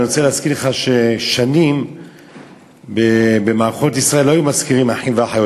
אני רוצה להזכיר לך ששנים במערכות ישראל לא היו מזכירים אחים ואחיות.